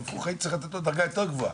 צריך לתת לו דרגה יותר גבוהה,